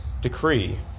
decree